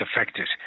affected